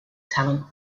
talent